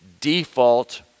default